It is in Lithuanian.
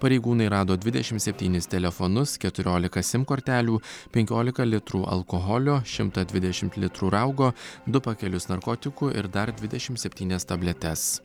pareigūnai rado dvidešim septynis telefonus keturiolika sim kortelių penkiolika litrų alkoholio šimtą dvidešimt litrų raugo du pakelius narkotikų ir dar dvidešim septynias tabletes